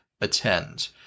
attend